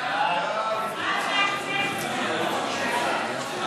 הצעת סיעת המחנה הציוני להביע אי-אמון בממשלה לא